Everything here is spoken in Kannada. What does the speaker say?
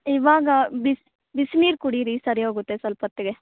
ಇವಾಗ ಬಿಸಿ ಬಿಸಿ ನೀರು ಕುಡೀರಿ ಸರಿ ಹೋಗುತ್ತೆ ಸ್ವಲ್ಪ ಹೊತ್ತಿಗೆ